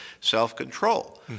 self-control